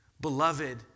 Beloved